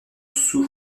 sous